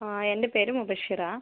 ആ എൻ്റെ പേര് മുബഷിറ